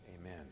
amen